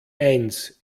eins